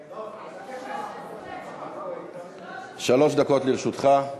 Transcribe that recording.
13. שלוש דקות לרשותך.